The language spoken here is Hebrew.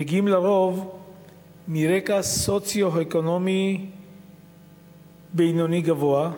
מגיעים לרוב מרקע סוציו-אקונומי בינוני-גבוה,